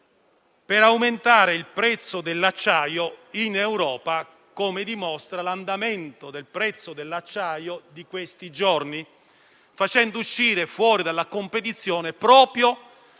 per aumentare il prezzo dell'acciaio in Europa, come dimostra l'andamento del prezzo dell'acciaio di questi giorni, facendo uscire fuori dalla competizione proprio